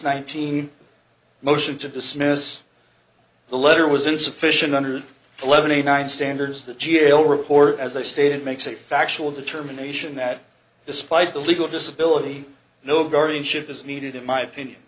nineteen motion to dismiss the letter was insufficient hundred eleven eighty nine standards the g a o report as i stated makes a factual determination that despite the legal disability no guardianship is needed in my